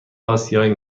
آسیایی